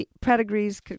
pedigrees